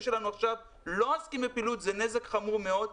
שלנו עכשיו לא עוסקים בפעילות זה נזק חמור מאוד.